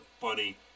funny